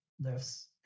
lifts